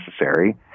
necessary